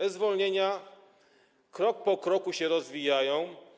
E-zwolnienia krok po kroku się rozwijają.